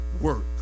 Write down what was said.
work